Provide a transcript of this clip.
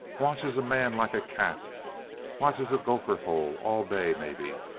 watches a man like a cat watches a gopher hole all day, maybe.